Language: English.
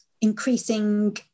increasing